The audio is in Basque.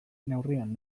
neurrian